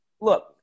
Look